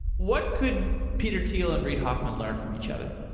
what could peter thiel and reid hoffman learn from each other?